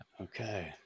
Okay